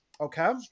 Okay